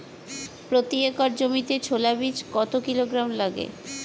প্রতি একর জমিতে ছোলা বীজ কত কিলোগ্রাম লাগে?